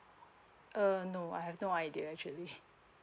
uh no I have no idea actually